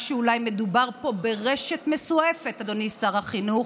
של משרד החינוך,